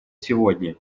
сегодня